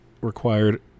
required